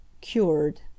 cured